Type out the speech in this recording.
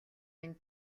минь